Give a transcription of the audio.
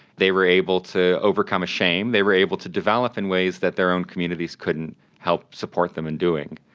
they were able to overcome a shame, they were able to develop in ways that their own communities couldn't help support them in doing.